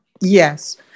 yes